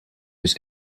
was